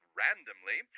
randomly